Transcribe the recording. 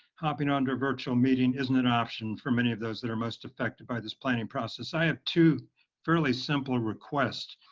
hopping on to a virtual meeting isn't an option for many of those that are most affected by this planning process. i have two fairly simple requests.